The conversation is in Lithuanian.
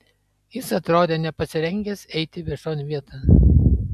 jis atrodė nepasirengęs eiti viešon vieton